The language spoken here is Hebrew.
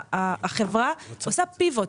החברה עושה פיבוט.